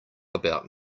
about